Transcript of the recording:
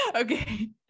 Okay